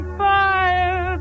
fire